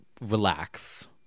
relax